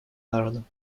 народом